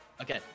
Okay